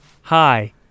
Hi